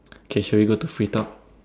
K should we go to free talk